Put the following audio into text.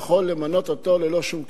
הוא יכול למנות אותו ללא שום כישורים.